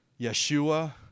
yeshua